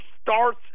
starts